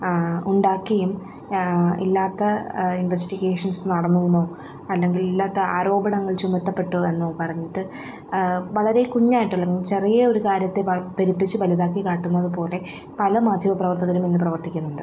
ഉണ്ടാക്കിയും ഇല്ലാത്ത ഇൻവെസ്റ്റിഗേഷൻസ് നടന്നുവെന്നും അല്ലെങ്കിൽ ഇല്ലാത്ത ആരോപണങ്ങൾ ചുമത്തപ്പെട്ടുമെന്ന് പറഞ്ഞിട്ട് വളരെ കുഞ്ഞായിട്ടുള്ള ചെറിയൊരു കാര്യത്തെ വ പെരുപ്പിച്ച് വലുതാക്കി കാട്ടുന്നത് പോലെ പല മാധ്യമ പ്രവർത്തകരും ഇന്ന് പ്രവർത്തിക്കുന്നുണ്ട്